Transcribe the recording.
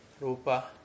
Rupa